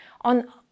on